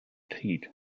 krieg